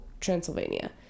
transylvania